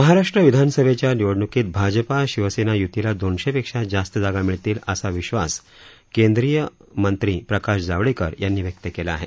महाराष्ट्र विधानसभेच्या निवडण्कीत भाजपा शिवसेना य्तीला दोनशेपेक्षा जास्त जागा मिळतील असा विश्वास केंद्रीय मंत्री प्रकाश जावडेकर यांनी व्यक्त केला आहे